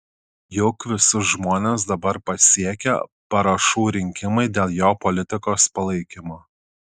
juk visus žmones dabar pasiekia parašų rinkimai dėl jo politikos palaikymo